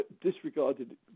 disregarded